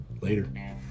Later